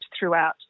throughout